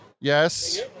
Yes